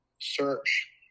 search